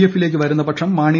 എഫിലേക്കു വരുന്ന പക്ഷം മാണ്ണി